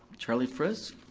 charley frisk?